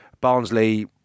Barnsley